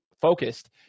focused